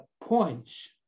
points